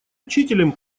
учителем